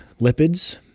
lipids